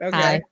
Okay